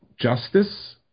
justice